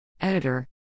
Editor